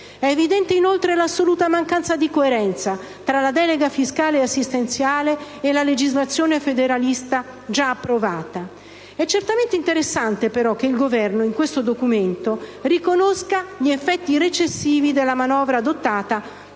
evidente l'assoluta mancanza di coerenza tra la delega fiscale e assistenziale e la legislazione federalista già approvata. È certamente interessante però che il Governo, con il documento in esame, riconosca gli effetti recessivi della manovra adottata